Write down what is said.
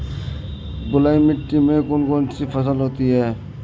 बलुई मिट्टी में कौन कौन सी फसल होती हैं?